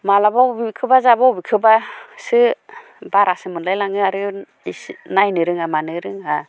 मालाबा बबेखोबा जाबा बबेखौबासो बारासो मोनलाय लाङो आरो एसे नायनो रोङा मानो रोङा